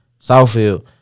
Southfield